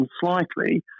slightly